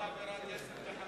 לא מעבירה כסף ל"חמאס".